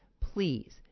Please